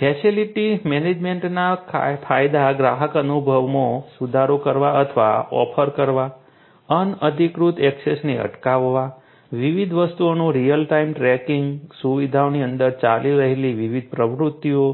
facility મેનેજમેન્ટના ફાયદા ગ્રાહક અનુભવમાં સુધારો કરવા અથવા ઓફર કરવા અનધિકૃત ઍક્સેસને અટકાવવા વિવિધ વસ્તુઓનું રીઅલ ટાઇમ ટ્રેકિંગ સુવિધાઓની અંદર ચાલી રહેલી વિવિધ પ્રવૃત્તિઓ